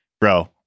bro